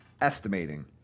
estimating